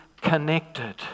connected